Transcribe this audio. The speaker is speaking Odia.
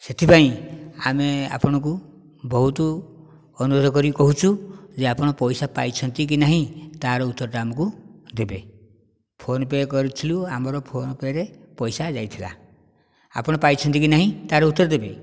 ସେଥିପାଇଁ ଆମେ ଆପଣଙ୍କୁ ବହୁତ ଅନୁରୋଧ କରି କହୁଛୁ ଯେ ଆପଣ ପଇସା ପାଇଛନ୍ତି କି ନାହିଁ ତା'ର ଉତ୍ତରଟା ଆମକୁ ଦେବେ ଫୋନ ପେ' କରିଥିଲୁ ଆମର ଫୋନ ପେ'ରେ ପଇସା ଯାଇଥିଲା ଆପଣ ପାଇଛନ୍ତି କି ନାହିଁ ତା'ର ଉତ୍ତର ଦେବେ